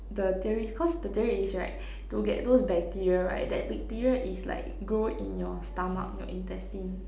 the theory cause the theory is right to get those bacteria right that bacteria is like grow in your stomach your intestine